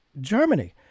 Germany